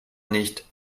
nicht